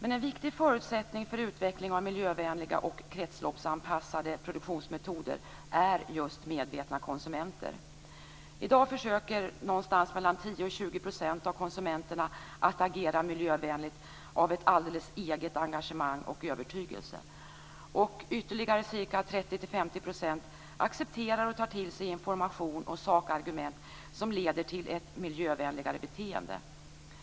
En viktig förutsättning för utveckling av miljövänliga och kretsloppsanpassade produktionsmetoder är just medvetna konsumenter. I dag försöker 10 20 % av konsumenterna att agera miljövänligt av eget engagemang och egen övertygelse. Ytterligare ca 30 50 % accepterar och tar till sig information och sakargument som leder till ett miljövänligare beteende.